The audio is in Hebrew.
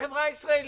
החברה הישראלית.